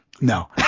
No